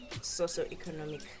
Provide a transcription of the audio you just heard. socio-economic